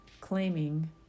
claiming